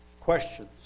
questions